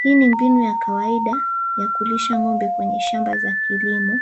Hii ni mbinu ya kawaida ya kulisha kwenye mashamba ya kilimo.